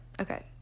okay